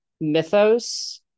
mythos